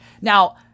Now